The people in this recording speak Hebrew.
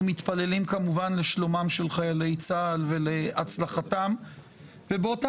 מתפללים כמובן לשלומם של חיילי צה"ל ולהצלחתם ובאותה